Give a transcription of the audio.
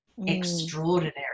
extraordinary